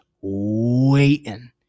waiting